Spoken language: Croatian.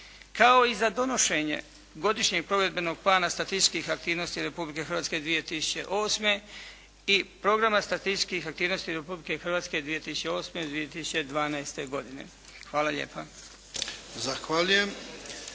kao i za donošenje godišnjeg provedbenog plana statističkih aktivnosti Republike Hrvatske 2008. i programa statističkih aktivnosti Republike Hrvatske 2008. do 2012. godine. Hvala lijepa. **Jarnjak,